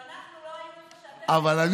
אבל אנחנו לא היינו כשאתם, זה ההבדל.